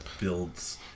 builds